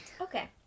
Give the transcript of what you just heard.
Okay